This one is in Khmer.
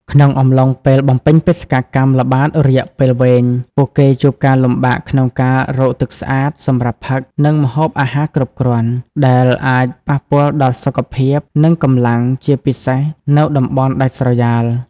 អំឡុងពេលបំពេញបេសកកម្មល្បាតរយៈពេលវែង ពួកគេជួបការលំបាកក្នុងការរក ទឹកស្អាត សម្រាប់ផឹក និង ម្ហូបអាហារ គ្រប់គ្រាន់ ដែលអាចប៉ះពាល់ដល់សុខភាព និងកម្លាំង ជាពិសេសនៅតំបន់ដាច់ស្រយាល។